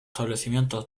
establecimientos